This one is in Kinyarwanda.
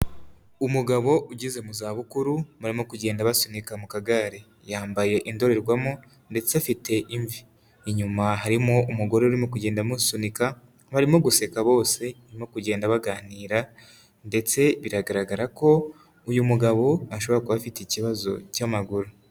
Umugabo ugeze mu za bukuru barimo kugenda basunika mu kagare yambaye indorerwamo ndetse afite imvi inyuma harimo umugore urimo kugenda amusunika barimo guseka bosemo kugenda baganira ndetse biragaragara ko uyu mugabo ashobora kuba afite ikibazo cyamaguru.